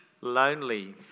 Lonely